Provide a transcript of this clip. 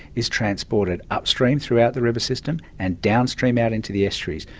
is transported upstream throughout the river system, and downstream out into the estuaries.